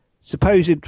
supposed